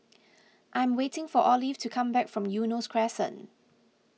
I am waiting for Olive to come back from Eunos Crescent